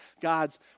God's